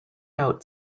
out